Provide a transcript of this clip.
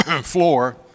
floor